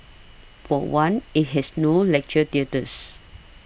for one it has no lecture theatres